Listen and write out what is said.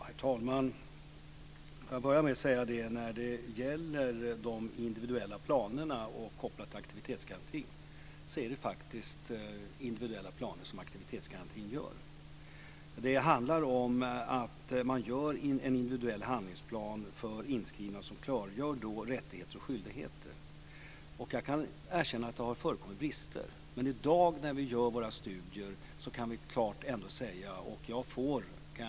Herr talman! Låt mig börja med att säga något om de individuella planerna kopplat till aktivitetsgarantin. Det är faktiskt just individuella planer som aktivitetsgarantin gör. Det handlar om att man gör en individuell handlingsplan för inskrivna som klargör rättigheter och skyldigheter. Jag kan erkänna att det har förekommit brister. Men när vi gör våra studier i dag kan vi ändå klart säga en annan sak.